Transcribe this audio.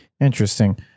Interesting